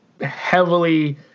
heavily